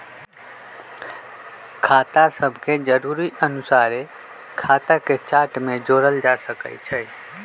खता सभके जरुरी अनुसारे खता के चार्ट में जोड़ल जा सकइ छै